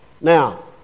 Now